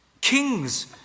Kings